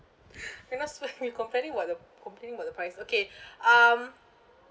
because when we complaining about the complaining about the price okay um